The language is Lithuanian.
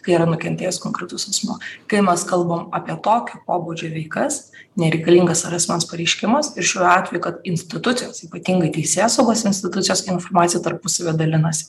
kai yra nukentėjęs konkretus asmuo kai mes kalbam apie tokio pobūdžio veikas nereikalingas yra asmens pareiškimas ir šiuo atveju kad institucijos ypatingai teisėsaugos institucijos informacija tarpusavyje dalinasi